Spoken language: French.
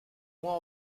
moins